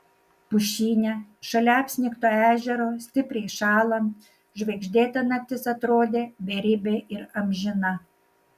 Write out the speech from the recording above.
pušyne šalia apsnigto ežero stipriai šąlant žvaigždėta naktis atrodė beribė ir amžina